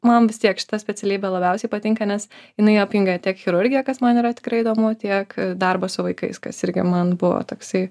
man vis tiek šita specialybė labiausiai patinka nes jinai apjungia tiek chirurgiją kas man yra tikrai įdomu tiek darbo su vaikais kas irgi man buvo toksai